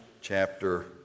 chapter